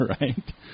Right